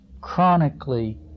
chronically